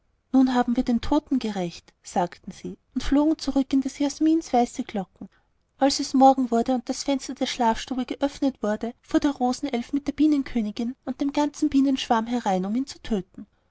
nun haben wir den toten gerächt sagten sie und flogen zurück in des jasmins weiße glocken als es morgen wurde und das fenster der schlafstube geöffnet wurde fuhr der rosenelf mit der bienenkönigin und dem ganzen bienenschwarm herein um ihn zu töten